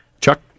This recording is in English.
Chuck